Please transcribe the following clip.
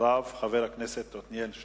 ואחריו, חבר הכנסת עתניאל שנלר.